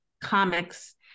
comics